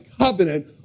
covenant